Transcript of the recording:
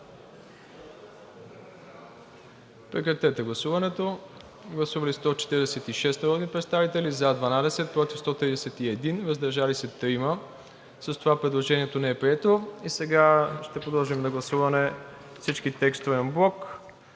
режим на гласуване. Гласували 146 народни представители: за 12, против 131, въздържали се 3. Предложението не е прието. Сега ще подложим на гласуване всички текстове анблок,